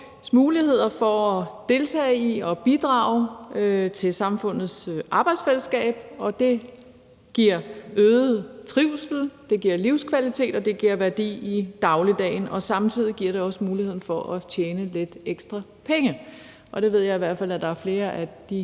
muligheder for at deltage i og bidrage til samfundets arbejdsfællesskab, og det giver øget trivsel, det giver livskvalitet, og det giver værdi i dagligdagen. Samtidig giver det også muligheden for at tjene lidt ekstra penge, og det ved jeg i hvert fald at der er flere af de